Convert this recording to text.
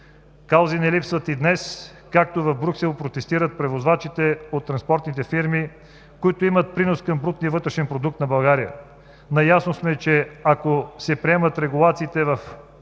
Каузи не липсват и днес, както в Брюксел протестират превозвачите от транспортните фирми, които имат принос към брутния вътрешен продукт на България. Наясно сме, че ако се приемат регулациите в „Мобилен